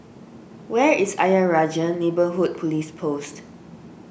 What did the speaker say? where is Ayer Rajah Neighbourhood Police Post